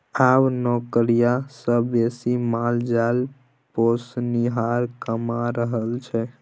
आब नौकरिया सँ बेसी माल जाल पोसनिहार कमा रहल छै